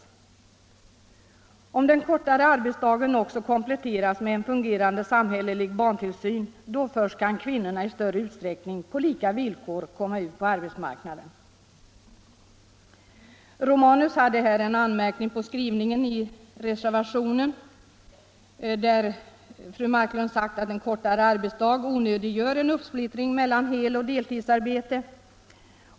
Men först när den kortare arbetsdagen kompletteras med en fungerande samhällelig barntillsyn kan kvinnorna i större utsträckning på lika villkor komma ut på arbetsmarknaden. Herr Romanus anmärkte på denna punkt på skrivningen i vår reservation, där fru Marklund uttalat att en kortare arbetsdag onödiggör en uppsplittring mellan heloch deltidsarbete.